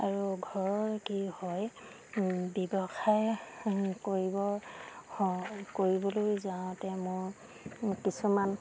আৰু ঘৰৰ কি হয় ব্যৱসায় কৰিব কৰিবলৈ যাওঁতে মই কিছুমান